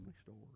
story